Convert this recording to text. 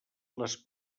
les